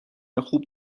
خوب